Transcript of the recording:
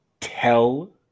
Tell